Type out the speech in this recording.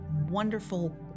wonderful